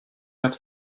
that